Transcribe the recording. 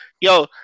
yo